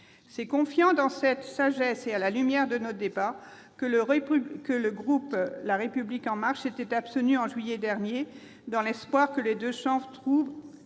C'est confiant en cette sagesse et à la lumière de nos débats que le groupe La République En Marche s'était abstenu en juillet dernier, dans l'espoir que les deux chambres trouvent